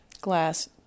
glass